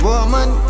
Woman